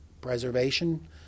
preservation